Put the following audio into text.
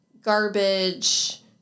garbage